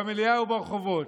במליאה וברחובות.